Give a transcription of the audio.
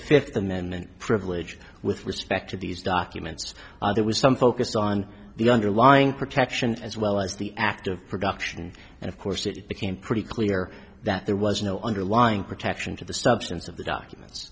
fifth amendment privilege with respect to these documents there was some focus on the underlying protection as well as the act of production and of course it became pretty clear that there was no underlying protection to the substance of the documents